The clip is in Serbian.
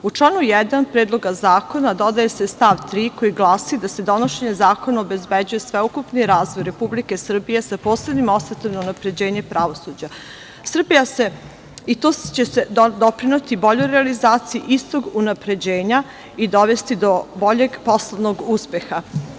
U članu 1. Predloga zakona dodaje se stav 3. koji glasi da se donošenjem zakona obezbeđuje sveukupan razvoj Republike Srbije sa posebnim osvrtom na unapređenje pravosuđa i to će doprineti boljoj realizaciji istog unapređenja i dovesti do boljeg poslovnog uspeha.